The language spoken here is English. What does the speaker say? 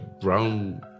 brown